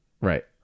Right